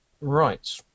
Right